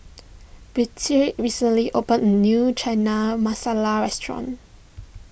Birtie recently opened a new Chana Masala restaurant